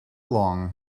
long